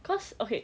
cause okay